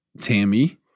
Tammy